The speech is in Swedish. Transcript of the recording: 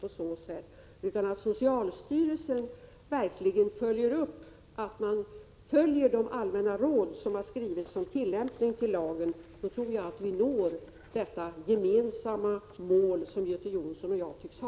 Om socialstyrelsen verkligen följer upp att man efterlever de allmänna råd som har skrivits om tillämpningen av lagen, tror jag att vi kan nå det gemensamma mål som Göte Jonsson och jag tycks ha.